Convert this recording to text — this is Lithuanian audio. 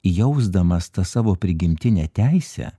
jausdamas tą savo prigimtinę teisę